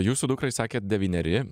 jūsų dukrai sakėt devyneri